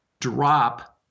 drop